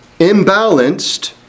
imbalanced